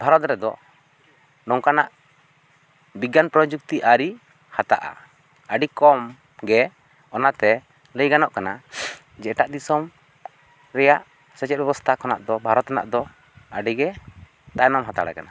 ᱵᱷᱟᱨᱚᱛ ᱨᱮᱫᱚ ᱱᱚᱝᱠᱟᱱᱟᱜ ᱵᱤᱜᱽᱜᱟᱱ ᱯᱨᱚᱡᱩᱠᱛᱤ ᱟᱹᱨᱤ ᱦᱟᱛᱟᱜᱼᱟ ᱟᱹᱰᱤ ᱠᱚᱢ ᱜᱮ ᱚᱱᱟᱛᱮ ᱞᱟᱹᱭ ᱜᱟᱱᱚᱜ ᱠᱟᱱᱟ ᱡᱮ ᱮᱴᱟᱜ ᱫᱤᱥᱚᱢ ᱨᱮᱭᱟᱜ ᱥᱮᱪᱮᱫ ᱵᱮᱵᱚᱥᱛᱷᱟ ᱠᱷᱚᱱᱟᱜ ᱫᱚ ᱵᱷᱟᱨᱚᱛ ᱨᱮᱱᱟᱜ ᱫᱚ ᱟᱹᱰᱤ ᱜᱮ ᱛᱟᱭᱱᱚᱢ ᱦᱟᱛᱟᱲ ᱟᱠᱟᱱᱟ